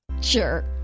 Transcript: Sure